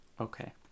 Okay